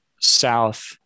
South